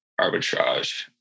arbitrage